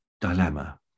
dilemma